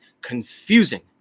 confusing